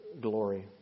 glory